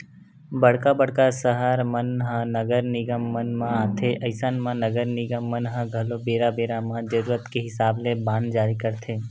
बड़का बड़का सहर मन ह नगर निगम मन म आथे अइसन म नगर निगम मन ह घलो बेरा बेरा म जरुरत के हिसाब ले बांड जारी करथे